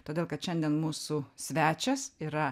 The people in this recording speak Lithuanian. todėl kad šiandien mūsų svečias yra